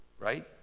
right